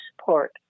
support